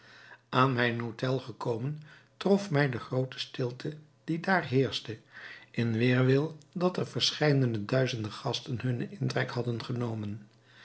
aan mijn hotel gekomen trof mij de groote stilte die daar heerschte in weêrwil dat er verscheidene duizende gasten hunnen intrek hadden genomen